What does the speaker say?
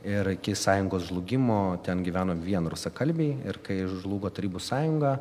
ir iki sąjungos žlugimo ten gyveno vien rusakalbiai ir kai žlugo tarybų sąjunga